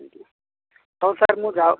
ଆଜ୍ଞା ହଉ ସାର୍ ମୁଁ ଯାଉ